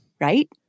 Right